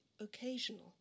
occasional